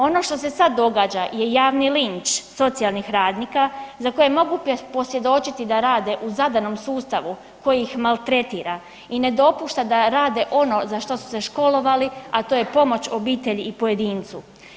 Ono što se sad događa je javni linč socijalnih radnika za koje mogu posvjedočiti da rade u zadanom sustavu koji ih maltretira i ne dopušta da rade ono za što su se školovali a to je pomoć obitelji i pojedincu.